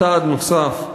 צעד נוסף,